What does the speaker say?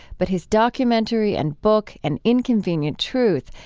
but his documentary and book, an inconvenient truth,